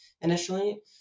initially